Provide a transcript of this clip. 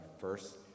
first